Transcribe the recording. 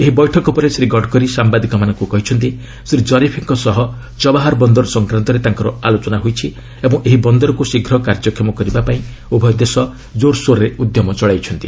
ଏହି ବୈଠକ ପରେ ଶ୍ରୀ ଗଡ଼କରୀ ସାମ୍ଭାଦିକମାନଙ୍କୁ କହିଛନ୍ତି ଶୀ ଜରିଫ୍ଙ୍କ ସହ ଚବାହାର ବନ୍ଦର ସଂକ୍ରାନ୍ତରେ ତାଙ୍କର ଆଲୋଚନା ହୋଇଛି ଏବଂ ଏହି ବନ୍ଦରକୁ ଶୀଘ୍ର କାର୍ଯ୍ୟକ୍ଷମ କରିବା ପାଇଁ ଉଭୟ ଦେଶ ଜୋରସୋର୍ରେ ଉଦ୍ୟମ ଚଳାଇଛନ୍ତି